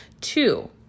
Two